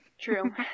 True